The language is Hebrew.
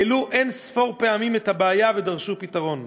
העלו אין-ספור פעמים את הבעיה ודרשו פתרון.